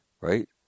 right